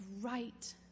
right